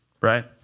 right